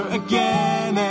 again